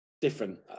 different